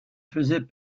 faisait